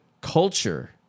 culture